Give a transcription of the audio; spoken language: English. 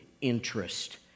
interest